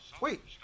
wait